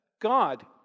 God